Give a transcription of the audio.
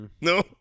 No